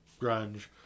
grunge